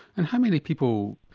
and how many people?